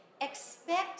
Expect